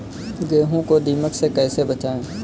गेहूँ को दीमक से कैसे बचाएँ?